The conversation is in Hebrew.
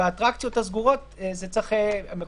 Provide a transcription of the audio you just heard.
והאטרקציות הסגורות --- לא.